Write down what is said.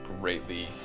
greatly